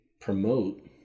promote